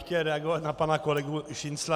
Chtěl bych reagovat na pana kolegu Šincla.